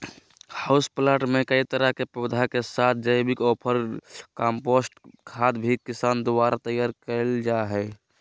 house plant मे कई तरह के पौधा के साथ जैविक ऑर कम्पोस्ट खाद भी किसान द्वारा तैयार करल जा हई